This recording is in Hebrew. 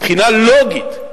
מבחינה לוגית.